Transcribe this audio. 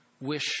wish